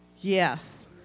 Yes